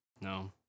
No